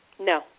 No